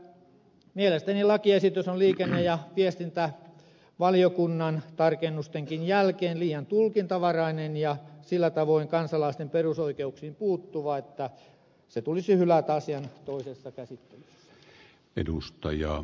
mielestäni lakiesitys on liikenne ja viestintävaliokunnan tarkennustenkin jälkeen liian tulkinnanvarainen ja sillä tavoin kansalaisten perusoikeuksiin puuttuva että se tulisi hylätä asian toisessa käsittelyssä